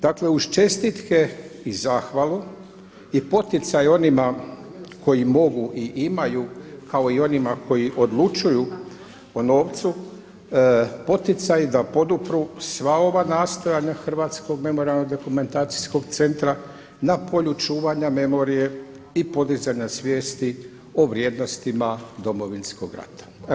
Dakle uz čestitke i zahvalu i poticaj onima koji mogu i imaju kao i onima koji odlučuju o novcu poticaj da podupru sva ova nastojanja Hrvatskog memorijalno-dokumentacijskog centra na polju čuvanja memorije i podizanja svijesti o vrijednostima Domovinskog rata.